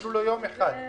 אפילו לא יום אחד.